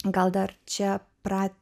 gal dar čia